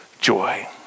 joy